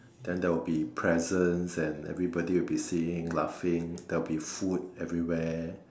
then there will be presents and everybody will be seeing laughing there will be food everywhere